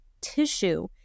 tissue